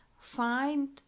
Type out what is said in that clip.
find